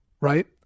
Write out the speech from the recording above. right